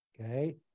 Okay